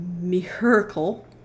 Miracle